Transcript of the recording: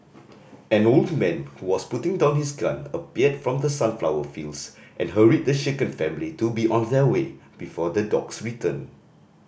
an old man who was putting down his gun appeared from the sunflower fields and hurried the shaken family to be on their way before the dogs return